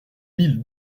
mille